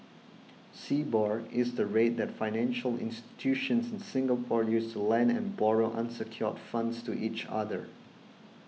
slbor is the rate that financial institutions in Singapore use to lend and borrow unsecured funds to each other